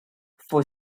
for